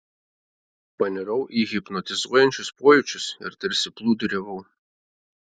panirau į hipnotizuojančius pojūčius ir tarsi plūduriavau